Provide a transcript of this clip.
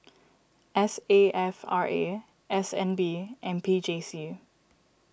S A F R A S N B and P J C